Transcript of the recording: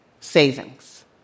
savings